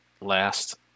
last